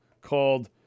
called